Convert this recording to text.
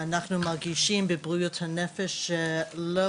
אנחנו מרגישים בבריאות הנפש שלא